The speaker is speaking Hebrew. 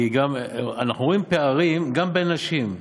כי אנחנו רואים פערים גם בין נשים,